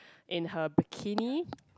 in her bikini